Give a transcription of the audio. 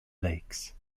lakes